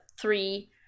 three